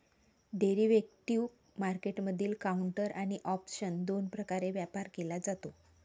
derivative मार्केटमधील counter आणि option दोन प्रकारे व्यापार केला जातो